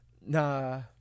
nah